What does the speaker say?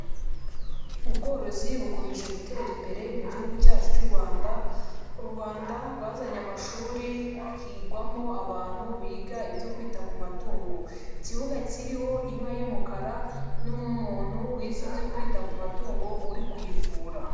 Ubworozi bukomeje gutera imbere mu gihugu cyacu cy'u Rwanda, u Rwanda rwazanye amashuri, higwamo abantu biga ibyo kwita ku matungo. Ikibuga kiriho inka y'umukara n'umuntu wize ibyo kwita ku matungo uri kuyivura.